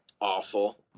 awful